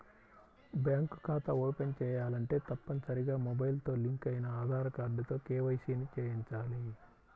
bank ఖాతా open చేయాలంటే తప్పనిసరిగా మొబైల్ తో లింక్ అయిన ఆధార్ కార్డుతో కేవైసీ ని చేయించాలి